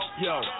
yo